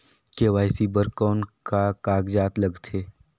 KYC बर कौन का कागजात लगथे?